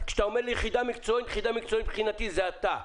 כשאתה אומר לי "יחידה מקצועית", מבחינתי זה אתה.